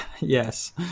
Yes